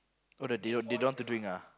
oh the they don't they don't want to drink ah